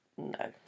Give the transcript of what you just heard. No